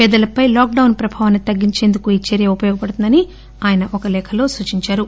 పేదలపై lockdown ప్రభావాన్ని తగ్గించేందుకు ఈ చర్య ఉపయోగపడుతుందని ఆయన సూచించారు